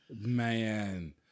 Man